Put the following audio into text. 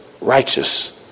righteous